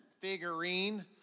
Figurine